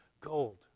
gold